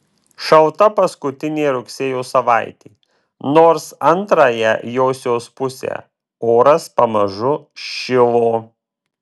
šalta paskutinė rugsėjo savaitė nors antrąją josios pusę oras pamažu šilo